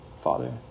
Father